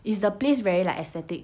is the place very like aesthetic